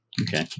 Okay